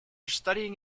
studying